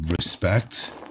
respect